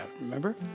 Remember